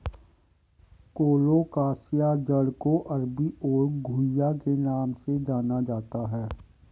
colocasia जड़ को अरबी और घुइआ के नाम से भी जाना जाता है